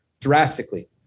drastically